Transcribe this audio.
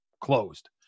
closed